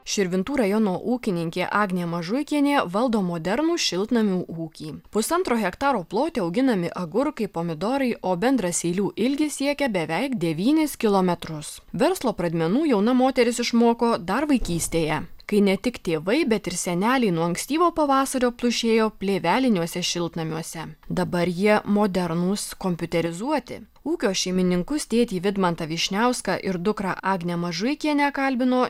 širvintų rajono ūkininkė agnė mažuikienė valdo modernų šiltnamių ūkį pusantro hektaro plote auginami agurkai pomidorai o bendras eilių ilgis siekia beveik devynis kilometrus verslo pradmenų jauna moteris išmoko dar vaikystėje kai ne tik tėvai bet ir seneliai nuo ankstyvo pavasario plušėjo plėveliniuose šiltnamiuose dabar jie modernūs kompiuterizuoti ūkio šeimininkus tėtį vidmantą vyšniauską ir dukrą agnę mažuikienę kalbino